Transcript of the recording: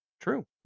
True